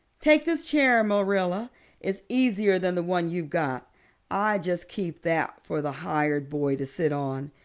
take this chair, marilla it's easier than the one you've got i just keep that for the hired boy to sit on.